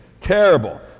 Terrible